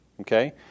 Okay